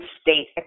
state